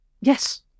yes